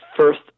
first